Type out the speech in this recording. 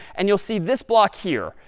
and you'll see this block here.